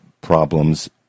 problems